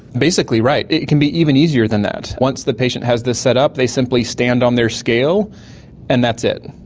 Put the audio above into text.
basically right. it it can be even easier than that. once the patient has this set up they simply stand on their scale and that's it.